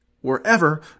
Wherever